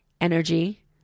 energy